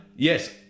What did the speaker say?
Yes